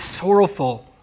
sorrowful